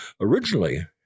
Originally